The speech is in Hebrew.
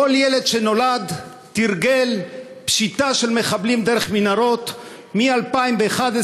כל ילד שנולד תרגל פשיטה של מחבלים דרך מנהרות מ-2011,